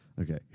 Okay